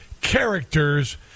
characters